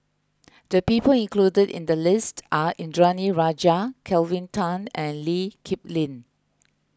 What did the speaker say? the people included in the list are Indranee Rajah Kelvin Tan and Lee Kip Lin